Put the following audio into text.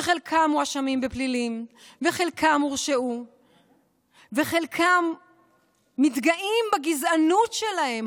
שחלקם מואשמים בפלילים וחלקם הורשעו וחלקם מתגאים בגזענות שלהם,